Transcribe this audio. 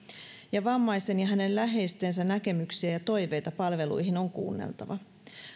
ja vammaisen ja hänen läheistensä näkemyksiä ja toiveita palveluihin on kuunneltava